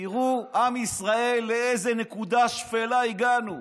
תראו, עם ישראל, לאיזו נקודה שפלה הגענו.